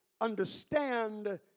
understand